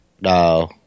No